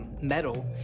metal